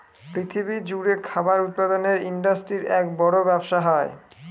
পৃথিবী জুড়ে খাবার উৎপাদনের ইন্ডাস্ট্রির এক বড় ব্যবসা হয়